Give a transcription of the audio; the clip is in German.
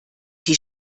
die